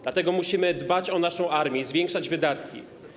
Dlatego musimy dbać o naszą armię, zwiększać wydatki.